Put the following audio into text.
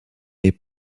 est